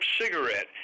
cigarette